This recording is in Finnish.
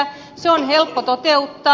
ne on helppo toteuttaa